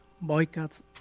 boycotts